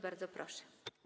Bardzo proszę.